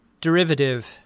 derivative